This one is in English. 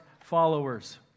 followers